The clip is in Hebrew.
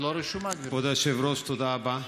כבוד היושב-ראש, תודה רבה.